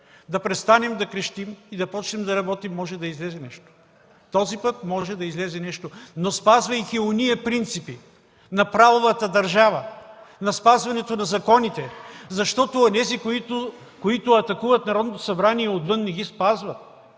да престанем да крещим и да започнем да работим – може да излезе нещо! Този път може да излезе нещо. Но спазвайки онези принципи на правовата държава, на спазването на законите, защото онези, които атакуват Народното събрание отвън, не ги спазват.